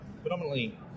predominantly